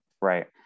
Right